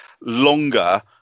longer